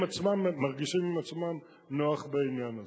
הם עצמם מרגישים עם עצמם נוח בעניין הזה.